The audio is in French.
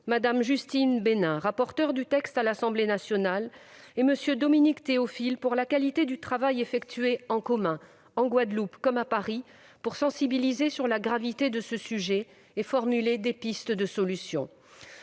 Mme Justine Benin, rapporteure du texte à l'Assemblée nationale, et M. Dominique Théophile pour la qualité du travail accompli en commun, en Guadeloupe comme à Paris, pour sensibiliser sur la gravité de ce sujet et formuler des pistes de solution.